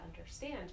understand